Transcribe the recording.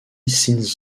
since